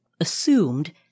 assumed